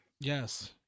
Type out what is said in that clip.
Yes